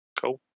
Cool